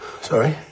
Sorry